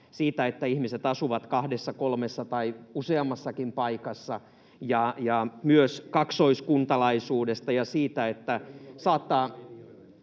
siitä, että ihmiset asuvat kahdessa, kolmessa tai useammassakin paikassa, ja myös kaksoiskuntalaisuudesta